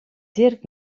dirk